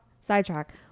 Sidetrack